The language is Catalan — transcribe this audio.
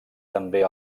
també